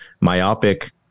myopic